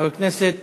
חבר הכנסת